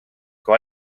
kui